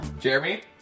Jeremy